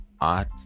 art